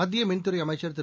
மத்திய மின்துறை அமைச்சர் திரு